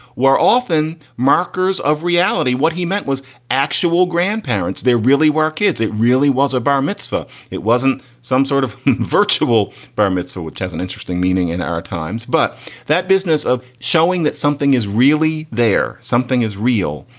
were often markers of reality. what he meant was actual grandparents. there really were kids. it really was a bar mitzvah. it wasn't some sort of virtual bar mitzvah, which has an interesting meaning in our times. but that business of showing that something is really there, something is real,